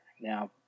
Now